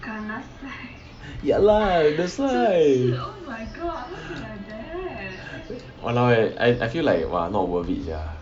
ya lah that's why !walao! eh I feel like !wah! not worth it lah